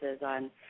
on